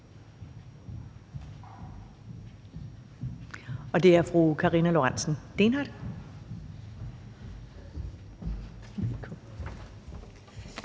og det er fru Karina Lorentzen Dehnhardt.